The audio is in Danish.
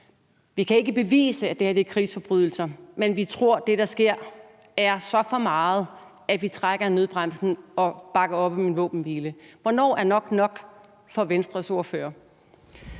Vi kan ikke bevise, at det her er krigsforbrydelser, men vi tror, at det, der sker, er så for meget, at vi trækker i nødbremsen og bakker op om en våbenhvile? Hvornår er nok nok for Venstres ordfører?